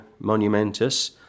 monumentous